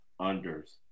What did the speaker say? unders